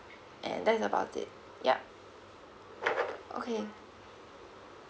and that's about it yup okay